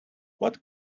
what